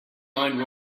mind